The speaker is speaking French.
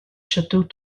châteaux